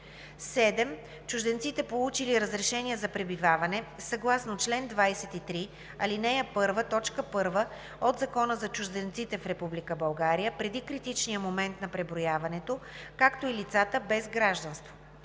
7. чужденците, получили разрешение за пребиваване съгласно чл. 23, ал. 1, т. 1 от Закона за чужденците в Република България преди критичния момент на преброяването, както и лицата без гражданство;